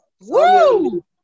Woo